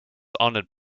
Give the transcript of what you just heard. honored